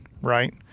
Right